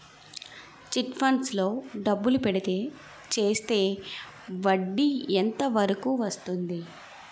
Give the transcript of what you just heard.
Chit funds లో డబ్బులు పెడితే చేస్తే వడ్డీ ఎంత వరకు వస్తుంది?